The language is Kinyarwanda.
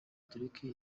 tureke